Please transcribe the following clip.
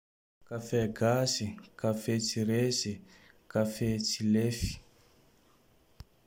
Kafe gasy, kafe tsiresy, kafe tsy lefy.